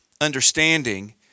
understanding